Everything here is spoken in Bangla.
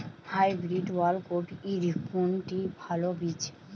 হাইব্রিড ওল কপির কোনটি ভালো বীজ?